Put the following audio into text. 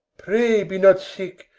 pray be not sick,